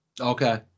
Okay